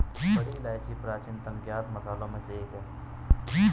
बड़ी इलायची प्राचीनतम ज्ञात मसालों में से एक है